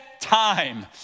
time